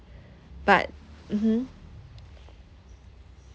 but mmhmm